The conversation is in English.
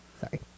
Sorry